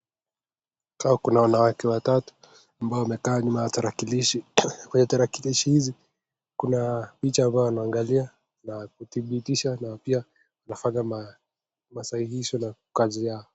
Hapa kuna wanawake watatu ambaye wamekaa nyuma ya tarakilishi, kwenye tarakilishi hizi kuna picha ambayo wanaangalia kutibitisha na pia kufanya masahihisho ya kazi yao.